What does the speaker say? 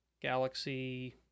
Galaxy